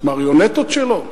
מריונטות שלו?